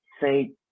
say